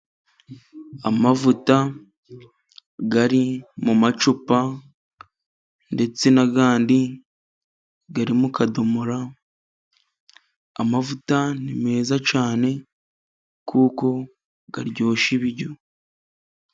Amavuta ari mu macupa ndetse n'andi ari m kadomoro. Amavuta ni meza cyane kuko aryoshya ibiryo.